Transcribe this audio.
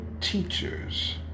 teachers